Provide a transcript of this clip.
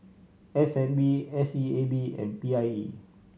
S N B S E A B and P I E